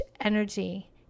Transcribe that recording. energy